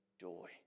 joy